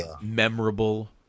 memorable